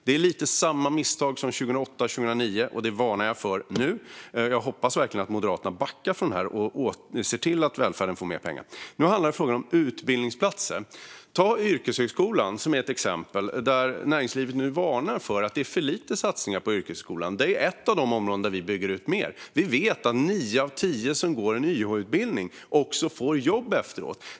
Man gör ungefär samma misstag som 2008-2009, och det varnar jag för nu. Jag hoppas verkligen att Moderaterna backar från det här och ser till att välfärden får mer pengar. Nu gäller det utbildningsplatser. Yrkeshögskolan är ett exempel som näringslivet varnar för att det satsas för lite på. Det är ett av de områden där vi bygger ut mer. Vi vet att nio av tio som går en YH-utbildning får jobb efteråt.